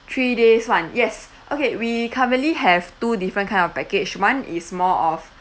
three days one yes okay we currently have two different kind of package one is more of